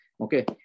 Okay